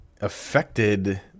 affected